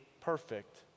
perfect